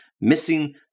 missing